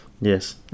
Yes